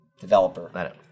developer